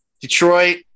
Detroit